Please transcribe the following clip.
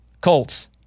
Colts